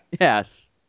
Yes